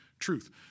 Truth